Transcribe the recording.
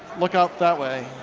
look out that way,